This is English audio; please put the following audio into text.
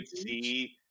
see